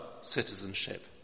citizenship